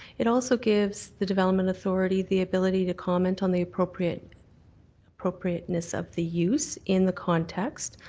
it also gives the development authority the ability to comment on the appropriateness appropriateness of the use in the context,